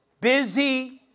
busy